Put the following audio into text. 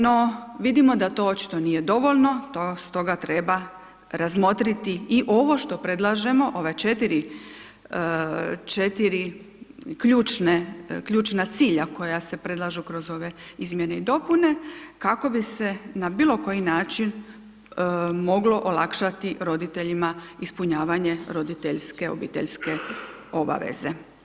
No, vidimo da to očito nije dovoljno stoga treba razmotriti i ovo što predlažemo ova 4 ključna cilja koja se predlažu kroz ove izmjene i dopune kako bi se na bilo koji način moglo olakšati roditeljima ispunjavanje roditeljske obiteljske obaveze.